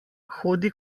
hodi